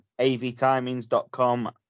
avtimings.com